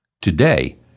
Today